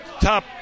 top